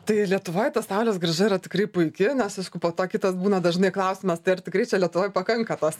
tai lietuvoj ta saulės grąža yra tikrai puiki nes aišku po to kitas būna dažnai klausimas tai ar tikrai čia lietuvoj pakanka tos